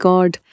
God